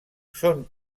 són